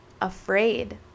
afraid